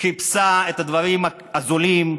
חיפשה את הדברים הזולים,